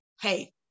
Hey